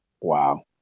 Wow